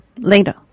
later